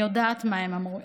אני יודעת מה הם אומרים.